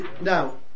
now